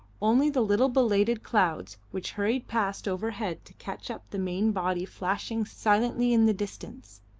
only the little belated clouds, which hurried past overhead to catch up the main body flashing silently in the distance,